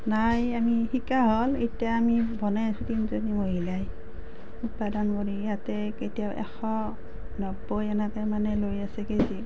নাই আমি শিকা হ'ল এতিয়া আমি বনাই আছোঁ তিনিজনী মহিলাই উৎপাদন কৰি ইয়াতে কেতিয়াবা এশ নব্বৈ এনেকৈ মানে লৈ আছে কেজি